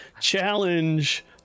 challenge